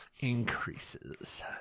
Increases